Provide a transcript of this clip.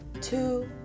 two